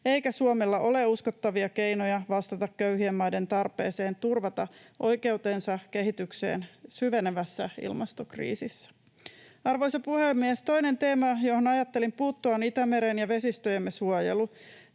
eikä Suomella ole uskottavia keinoja vastata köyhien maiden tarpeeseen turvata oikeutensa kehitykseen syvenevässä ilmastokriisissä. Arvoisa puhemies! Toinen teema, johon ajattelin puuttua, on Itämeren ja vesistöjemme suojelu.